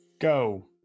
go